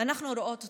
אנחנו רואות אתכם,